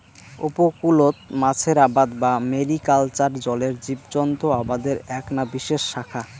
উপকূলত মাছের আবাদ বা ম্যারিকালচার জলের জীবজন্ত আবাদের এ্যাকনা বিশেষ শাখা